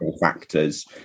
factors